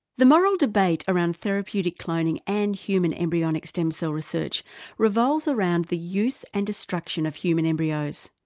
the moral debate around therapeutic cloning and human embryonic stem cell research revolves around the use and destruction of human embryos.